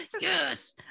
Yes